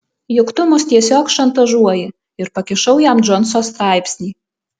juk tu mus tiesiog šantažuoji ir pakišau jam džonso straipsnį